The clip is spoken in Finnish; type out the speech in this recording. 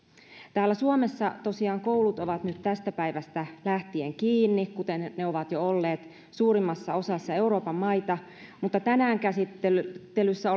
täällä suomessa tosiaan koulut ovat nyt tästä päivästä lähtien kiinni kuten ne ne ovat jo olleet suurimmassa osassa euroopan maita mutta tänään käsittelyssä